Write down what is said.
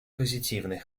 позитивный